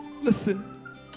listen